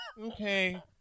Okay